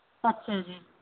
ਅੱਛਾ ਜੀ